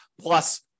plus